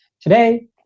Today